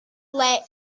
led